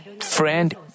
friend